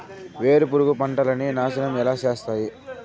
వేరుపురుగు పంటలని నాశనం ఎలా చేస్తాయి?